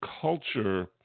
culture